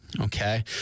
Okay